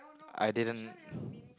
I didn't